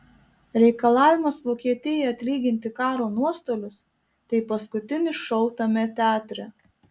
reikalavimas vokietijai atlyginti karo nuostolius tai paskutinis šou tame teatre